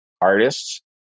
artists